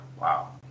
Wow